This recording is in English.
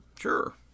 Sure